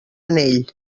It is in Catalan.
anell